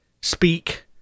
speak